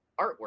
artwork